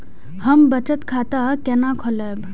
हम बचत खाता केना खोलैब?